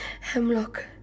Hemlock